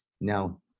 Now